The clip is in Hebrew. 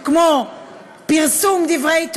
כמו פרסום דברי תועבה,